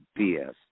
BS